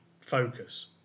focus